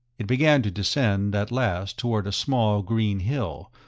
it began to descend, at last, toward a small green hill,